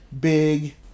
big